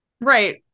Right